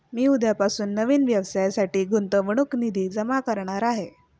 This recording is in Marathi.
मी उद्यापासून नवीन व्यवसायासाठी गुंतवणूक निधी जमा करणार आहे